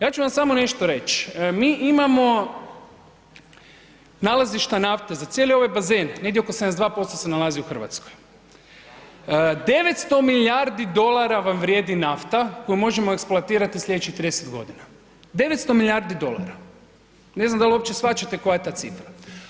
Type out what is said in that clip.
Ja ću vam samo nešto reć, mi imamo nalazišta nafte za cijeli ovaj baze negdje oko 72% se nalazi u Hrvatskoj, 900 milijardi dolara vam vrijedi nafta koju možemo eksploatirati sljedećih 30 godina, 900 milijardi dolara, ne znam da li uopće shvaćate koja je ta cifra.